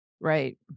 Right